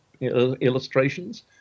illustrations